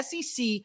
SEC